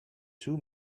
two